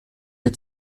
mir